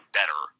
better